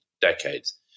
decades